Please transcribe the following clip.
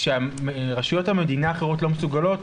כשרשויות המדינה האחרות לא מסוגלות,